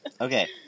okay